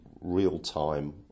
real-time